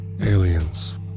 Aliens